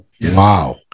wow